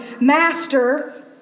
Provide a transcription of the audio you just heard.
Master